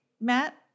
Matt